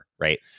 Right